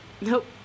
Nope